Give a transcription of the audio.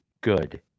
good